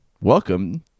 welcome